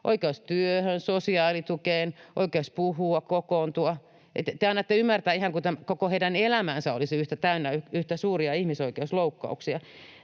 oikeus työhön, sosiaalitukeen, oikeus puhua, kokoontua. Te annatte ymmärtää, että ihan kuin koko heidän elämänsä olisi täynnä suuria ihmisoikeusloukkauksia.